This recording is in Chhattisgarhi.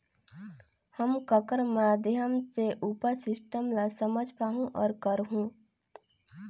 हम ककर माध्यम से उपर सिस्टम ला समझ पाहुं और करहूं?